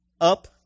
up